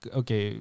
okay